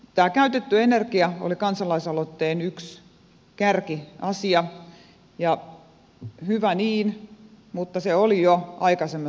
tämä käytetty energia oli kansalaisaloitteen yksi kärkiasia ja hyvä niin mutta se oli jo aikaisemmassakin lainsäädännössä